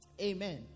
Amen